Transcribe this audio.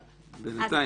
בינתיים.